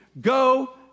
go